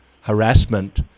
harassment